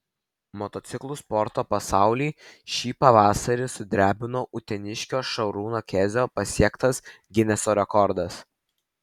motociklų sporto pasaulį šį pavasarį sudrebino uteniškio šarūno kezio pasiektas gineso rekordas